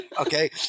Okay